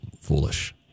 foolish